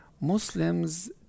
Muslims